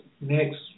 next